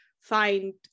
find